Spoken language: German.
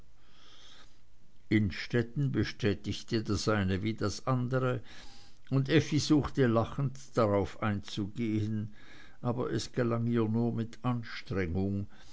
innstetten bestätigte das eine wie das andere und effi suchte lachend darauf einzugehen aber es gelang ihr nur mit anstrengung